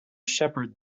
shepherd